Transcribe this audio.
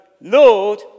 Lord